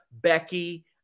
Becky